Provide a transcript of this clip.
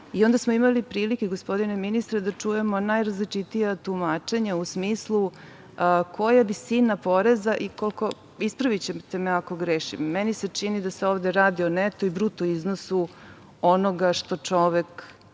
Onda smo imali prilike, gospodine ministre, da čujemo najrazličitija tumačenja u smislu koja visina poreza i koliko, ispravićete me ako grešim, meni se čini da se ovde radi o neto i bruto iznosu onoga što čovek